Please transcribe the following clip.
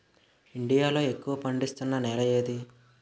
India లో ఎక్కువ పండిస్తున్నా నేల ఏది?